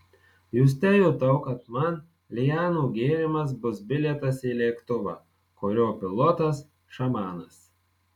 juste jutau kad man lianų gėrimas bus bilietas į lėktuvą kurio pilotas šamanas